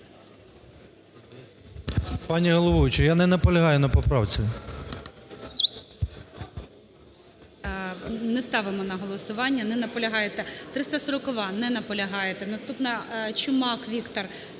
Пані головуюча, я не наполягаю на поправці. ГОЛОВУЮЧИЙ. Не ставимо на голосування, не наполягаєте. 340-а. Не наполягаєте. Наступна. Чумак Віктор,